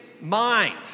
mind